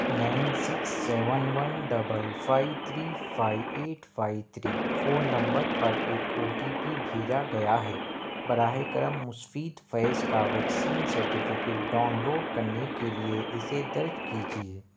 nine six seven one double five three five eight five three phone number پر ایک O T P بھیجا گیا ہے براہ کرم مسفید فیض کا ویکسین سرٹیفکیٹ ڈاؤن لوڈ کرنے کے لیے اسے درج کیجیے